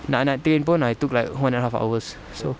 nak naik train pun I took like one and the half hours so